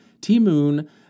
T-Moon